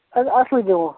اَدٕ اَصٕل دِمہو